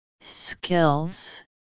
Skills